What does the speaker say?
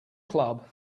club